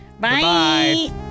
Bye